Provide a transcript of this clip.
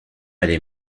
allait